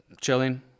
chilling